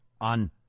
on